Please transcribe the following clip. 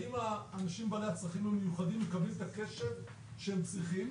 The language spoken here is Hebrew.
האם האנשים בעלי הצרכים המיוחדים מקבלים את הקשב שהם צריכים?